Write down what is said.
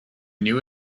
knew